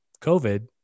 COVID